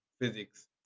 physics